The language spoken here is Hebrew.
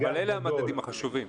אלה המדדים החשובים.